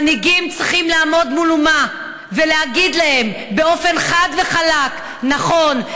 מנהיגים צריכים לעמוד מול אומה ולהגיד לה חד וחלק: נכון,